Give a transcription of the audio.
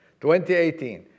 2018